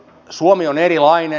suomi on erilainen